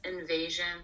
invasion